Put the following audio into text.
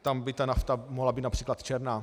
Tam by ta nafta mohla být například černá.